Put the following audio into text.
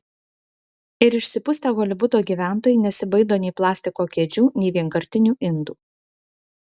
ir išsipustę holivudo gyventojai nesibaido nei plastiko kėdžių nei vienkartinių indų